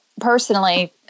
personally